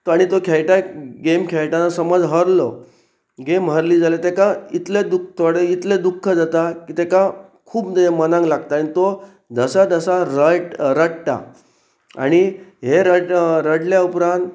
आ तो खेळटा गेम खेळटना समज हरलो गेम हरली जाल्यार ताका इतले द थोडे इतलें दुख्ख जाता की ताका खूब मनाक लागता आनी तो धसाधसा रड रडटा आनी हे रड रडल्या उपरांत